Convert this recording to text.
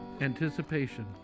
anticipation